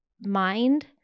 mind